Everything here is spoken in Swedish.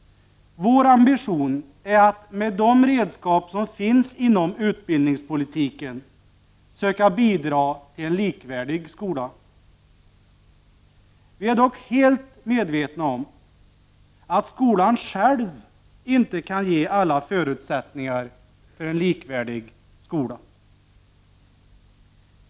Vår ambition är att med de redskap som finns inom utbildningspolitiken söka bidra till en likvärdig skola. Vi är dock helt medvetna om att skolan själv inte kan ge alla förutsättningar för en likvärdig undervisning.